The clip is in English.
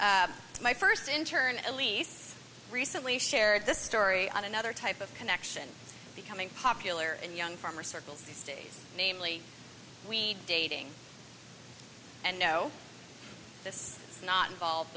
my first in turn at least recently shared this story on another type of connection becoming popular in young farmer circles these days namely we need dating and know this is not involved